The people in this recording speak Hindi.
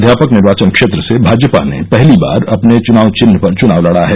अध्यापक निर्वाचन क्षेत्र से भाजपा ने पहली बार अपने चुनाव चिन्ह पर चनाव लडा है